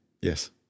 Yes